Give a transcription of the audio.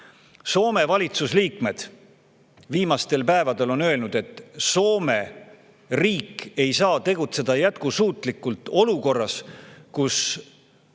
Soome valitsusliikmed viimastel päevadel on öelnud, et Soome riik ei saa tegutseda jätkusuutlikult olukorras, kus